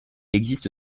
existe